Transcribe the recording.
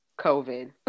COVID